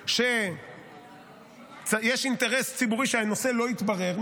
מכל סיבה שהיא חושבת שיש אינטרס ציבורי שהנושא לא יתברר,